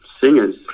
singers